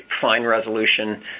fine-resolution